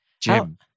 Jim